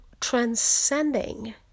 transcending